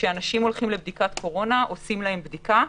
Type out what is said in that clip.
כשאנשים הולכים לבדיקת קורונה עושים להם בדיקה,